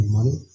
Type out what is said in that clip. money